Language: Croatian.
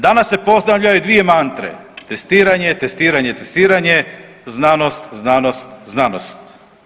Danas se postavljaju dvije mantre, testiranje, testiranje, testiranje, znanost, znanost, znanost.